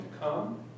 come